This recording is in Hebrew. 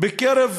בקרב